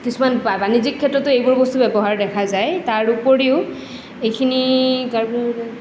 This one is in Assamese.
কিছুমান বা বানিজ্য়িক ক্ষেত্ৰতো এইবোৰ বস্তু ব্যৱহাৰ দেখা যায় তাৰ উপৰিও এইখিনি